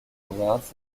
awards